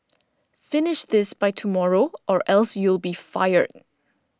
finish this by tomorrow or else you'll be fired